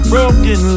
Broken